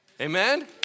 amen